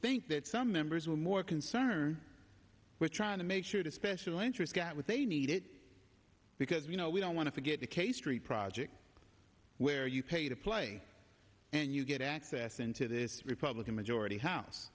think that some members were more concerned with trying to make sure the special interest got what they needed because you know we don't want to get the k street project where you pay to play and you get access into this republican majority house